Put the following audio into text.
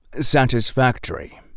satisfactory